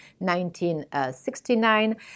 1969